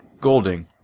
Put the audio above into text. Golding